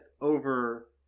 over